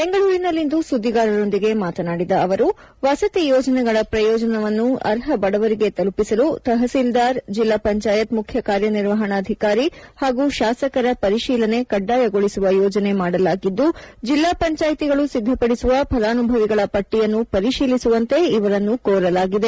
ಬೆಂಗಳೂರಿನಲ್ಲಿಂದು ಸುದ್ದಿಗಾರರೊಂದಿಗೆ ಮಾತನಾಡಿದ ಅವರು ವಸತಿ ಯೋಜನೆಗಳ ಪ್ರಯೋಜನವನ್ನು ಅರ್ಹ ಬಡವರಿಗೆ ತಲುಪಿಸಲು ತೆಹಿಸೀಲ್ದಾರ್ ಜಿಲ್ಲಾ ಪಂಚಾಯತ್ ಮುಖ್ಯ ಕಾರ್ಯನಿರ್ವಹಣಾಧಿಕಾರಿ ಹಾಗೂ ಶಾಸಕರ ಪರಿಶೀಲನೆ ಕಡ್ಡಾಯಗೊಳಿಸುವ ಯೋಜನೆ ಮಾಡಲಾಗಿದ್ದು ಜಿಲ್ಲಾ ಪಂಚಾಯಿತಿಗಳು ಸಿದ್ದಪಡಿಸುವ ಫಲಾನುಭವಿಗಳ ಪಟ್ಟಿಯನ್ನು ಪರಿಶೀಲಿಸುವಂತೆ ಇವರನ್ನು ಕೋರಲಾಗಿದೆ